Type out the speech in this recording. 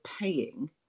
paying